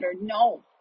No